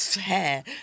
hair